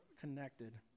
connected